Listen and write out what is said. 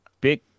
big